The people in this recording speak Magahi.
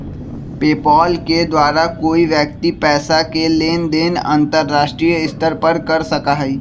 पेपाल के द्वारा कोई व्यक्ति पैसा के लेन देन अंतर्राष्ट्रीय स्तर पर कर सका हई